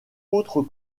autres